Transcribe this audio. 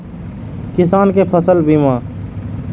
किसान कै फसल बीमा?